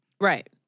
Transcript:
Right